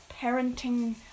parenting